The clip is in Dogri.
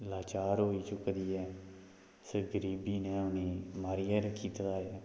लचार होई चुके दी ऐ फिर गरीबी ने बी मारियै रक्खी दित्ते दा ऐ